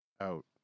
out